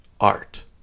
art